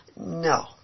No